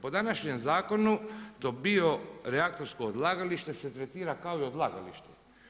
Po današnjem zakonu, to bio reaktorsko odlagalište se tretira kao i odlagalište.